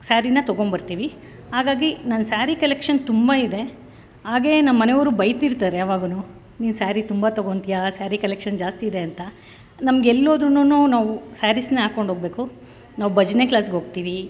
ಸ್ಯಾರೀನ ತೊಗೊಂಡ್ಬರ್ತೀವಿ ಹಾಗಾಗಿ ನನ್ನ ಸ್ಯಾರಿ ಕಲೆಕ್ಷನ್ ತುಂಬ ಇದೆ ಹಾಗೆ ನಮ್ಮನೆಯವರು ಬೈತಿರ್ತಾರೆ ಯಾವಾಗ್ಲೂ ನೀನು ಸ್ಯಾರಿ ತುಂಬ ತೊಗೊಳ್ತ್ಯಾ ಸ್ಯಾರಿ ಕಲೆಕ್ಷನ್ ಜಾಸ್ತಿ ಇದೆ ಅಂತ ನಮ್ಗೆ ಎಲ್ಲೋದ್ರೂನು ನಾವು ಸ್ಯಾರೀಸ್ನೇ ಹಾಲ್ಕೊಂಡೋಗ್ಬೇಕು ನಾವು ಭಜನೆ ಕ್ಲಾಸ್ಗೋಗ್ತೀವಿ